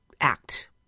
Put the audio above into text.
act